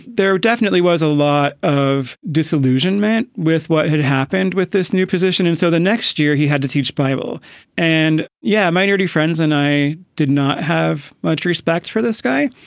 there definitely was a lot of disillusionment with what had happened with this new position. and so the next year, he had to teach bible and. yeah. minority friends and i did not have much respect for this guy.